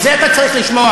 את זה אתה צריך לשמוע,